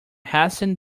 hasten